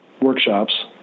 workshops